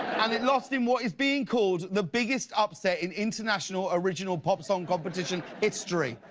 and it lost in what is being called the biggest upset in international original pop song competition history,